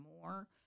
more